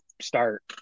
start